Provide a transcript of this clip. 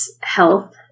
health